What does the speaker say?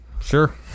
Sure